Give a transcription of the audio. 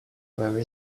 where